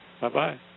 Bye-bye